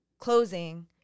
Closing